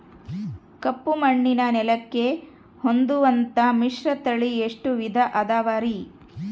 ಕಪ್ಪುಮಣ್ಣಿನ ನೆಲಕ್ಕೆ ಹೊಂದುವಂಥ ಮಿಶ್ರತಳಿ ಎಷ್ಟು ವಿಧ ಅದವರಿ?